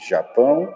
Japão